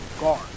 guard